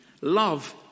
love